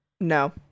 no